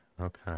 okay